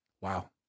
Wow